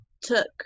took